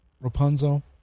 Rapunzel